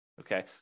Okay